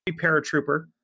paratrooper